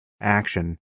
action